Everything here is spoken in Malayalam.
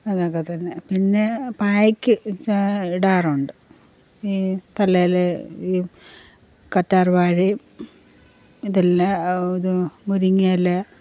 അതൊക്കെത്തന്നെ പിന്നെ പായ്ക്ക് ഇടാറുണ്ട് ഈ തലയിൽ ഈ കറ്റാർവാഴയും ഇതെല്ലാം ഇതും മുരിങ്ങയില